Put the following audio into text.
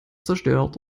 zerstört